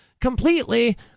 completely